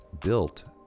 built